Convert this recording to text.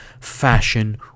fashion